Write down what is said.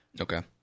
Okay